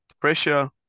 pressure